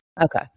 Okay